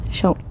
show